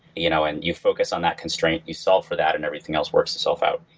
you know and you focus on that constraint, you solve for that and everything else works itself out.